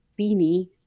Beanie